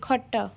ଖଟ